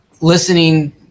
listening